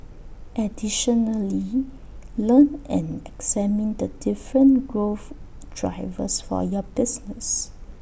additionally learn and examine the different growth drivers for your business